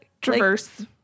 traverse